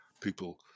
people